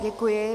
Děkuji.